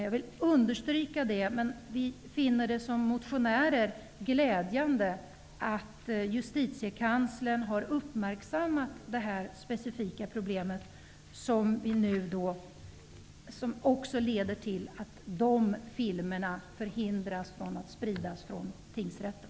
Jag vill understryka detta, men som motionärer finner vi det glädjande att justitiekanslern har uppmärksammat det här specifika problemet. Det leder också till att de filmerna förhindras från att spridas från tingsrätten.